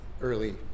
early